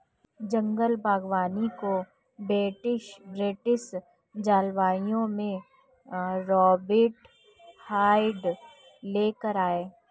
जंगल बागवानी को ब्रिटिश जलवायु में रोबर्ट हार्ट ले कर आये